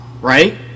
right